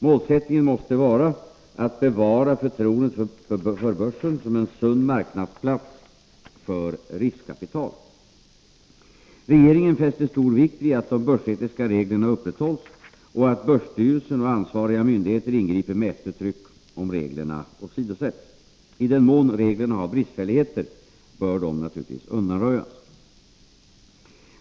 Målsättningen måste vara att bevara förtroendet för börsen som en sund marknadsplats för riskkapital. Regeringen fäster stor vikt vid att de börsetiska reglerna upprätthålls och att börsstyrelsen och ansvariga myndigheter ingriper med eftertryck om reglerna åsidosätts. I den mån reglerna har bristfälligheter bör dessa naturligtvis undanröjas.